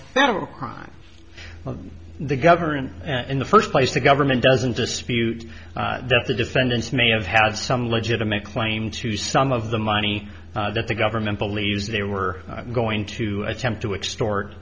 federal crime of the government and the first place the government doesn't dispute that the defendants may have had some legitimate claim to some of the money that the government believes they were going to attempt to extort